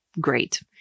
great